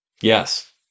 Yes